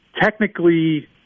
technically